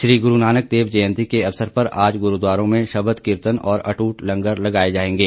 श्री गुरू नानक देव जयंती के अवसर पर आज गुरूद्वारों में शबद कीर्तन और अटूट लंगर लगाए जाएंगे